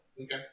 Okay